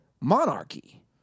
monarchy